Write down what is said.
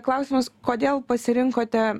klausimas kodėl pasirinkote